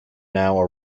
now